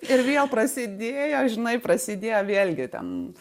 ir vėl prasidėjo žinai prasidėjo vėlgi ten